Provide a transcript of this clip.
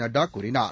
நட்டா கூறினார்